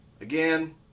again